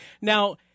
Now